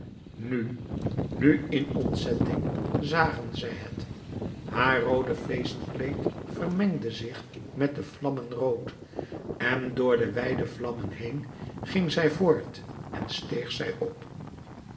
nu nu in ontzetting zagen zij het haar roode feestkleed vermengde zich met de vlammen rood en door de wijde vlammen heen ging zij voort en steeg zij op